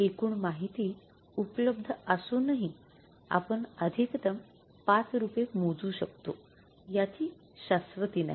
एकूण माहिती उपलब्ध असूनही आपण अधिकतम ५ रूपे मोजू शकतो याची शाश्वती नाही